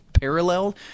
parallel